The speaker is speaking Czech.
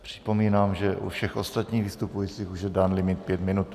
Připomínám, že u všech ostatních vystupujících už je dán limit pět minut.